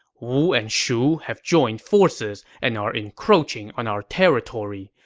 wu and shu have joined forces and are encroaching on our territory.